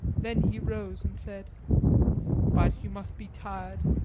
then he rose and said but you must be tired.